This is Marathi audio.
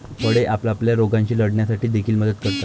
फळे आपल्याला रोगांशी लढण्यासाठी देखील मदत करतात